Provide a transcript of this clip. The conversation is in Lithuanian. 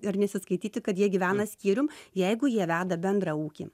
ir nesiskaityti kad jie gyvena skyrium jeigu jie veda bendrą ūkį